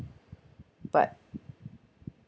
but